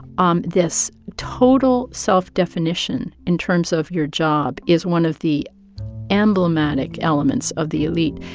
um this total self-definition in terms of your job is one of the emblematic elements of the elite.